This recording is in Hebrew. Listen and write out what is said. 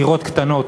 דירות קטנות,